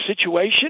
situation